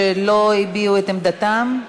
שלא הביעו את עמדתם?